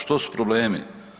Što su problemi?